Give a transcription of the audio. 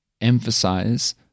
emphasize